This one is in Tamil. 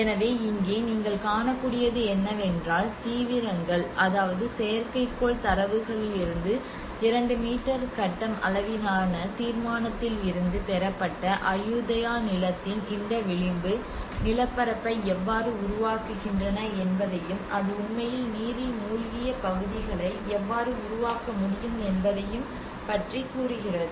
எனவே இங்கே நீங்கள் காணக்கூடியது என்னவென்றால் தீவிரங்கள் அதாவது செயற்கைக்கோள் தரவுகளிலிருந்து 2 மீட்டர் கட்டம் அளவிலான தீர்மானத்திலிருந்து பெறப்பட்ட அயுதயா நிலத்தின் இந்த விளிம்பு நிலப்பரப்பை எவ்வாறு உருவாக்குகின்றன என்பதையும் அது உண்மையில் நீரில் மூழ்கிய பகுதிகளை எவ்வாறு உருவாக்க முடியும் என்பதையும் பற்றி கூறுகிறது